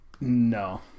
No